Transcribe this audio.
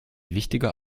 wichtiger